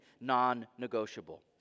non-negotiable